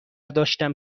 داشتم